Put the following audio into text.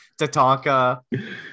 Tatanka